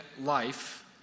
life